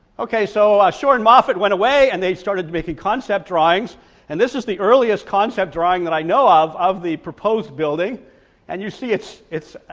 okay so shore and moffat went away and they started making concept drawings and this is the earliest concept drawing that i know of of the proposed building and you see it's, it's,